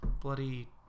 bloody